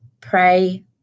pray